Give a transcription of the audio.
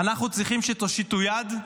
אנחנו צריכים שתושיטו יד,